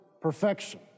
perfection